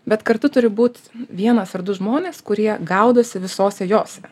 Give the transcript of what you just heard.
bet kartu turi būt vienas ar du žmonės kurie gaudosi visose jose